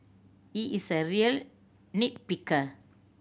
he is a real nit picker